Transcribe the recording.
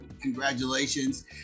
congratulations